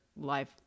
life